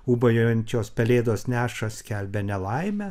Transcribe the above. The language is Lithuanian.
ūbaujančios pelėdos neša skelbia nelaimę